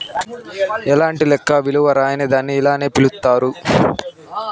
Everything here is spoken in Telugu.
ఎలాంటి లెక్క విలువ రాయని దాన్ని ఇలానే పిలుత్తారు